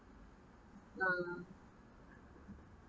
ah